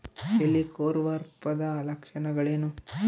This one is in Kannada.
ಹೆಲಿಕೋವರ್ಪದ ಲಕ್ಷಣಗಳೇನು?